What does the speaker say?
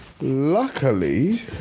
Luckily